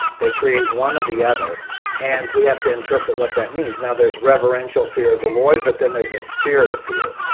they create one or the other and we have to interpret what that means. now there's reverential fear of the lord, but then there's a spirit of fear.